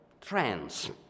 trends